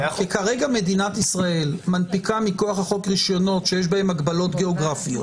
כי כרגע מדינת ישראל מנפיקה מכוח החוק רישיונות שיש בהם הגבלות גאוגרפיות